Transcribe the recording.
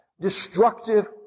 destructive